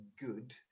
good